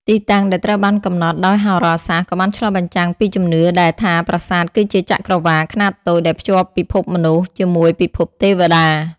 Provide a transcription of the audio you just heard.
ទីតាំងដែលត្រូវបានកំណត់ដោយហោរាសាស្ត្រក៏បានឆ្លុះបញ្ចាំងពីជំនឿដែលថាប្រាសាទគឺជាចក្រវាឡខ្នាតតូចដែលភ្ជាប់ពិភពមនុស្សជាមួយពិភពទេវតា។